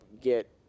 get